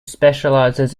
specializes